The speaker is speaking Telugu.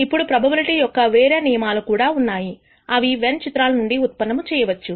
ఇప్పుడు ప్రోబబిలిటీ యొక్క వేరే నియమాలు కూడా ఉన్నాయి అవి వెన్ చిత్రాల నుండి ఉత్పన్నము చేయవచ్చు